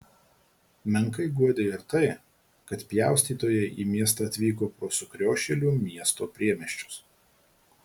menkai guodė ir tai kad pjaustytojai į miestą atvyko pro sukriošėlių miesto priemiesčius